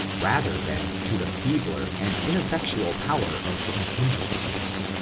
rather than to the feebler and ineffectual power of contingencies.